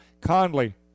Conley